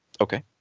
Okay